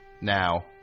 now